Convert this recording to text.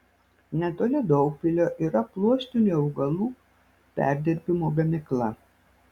netoli daugpilio yra pluoštinių augalų perdirbimo gamykla